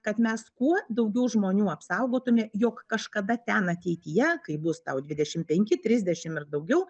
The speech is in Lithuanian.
kad mes kuo daugiau žmonių apsaugotume jog kažkada ten ateityje kai bus tau dvidešimt penki trisdešimt ir daugiau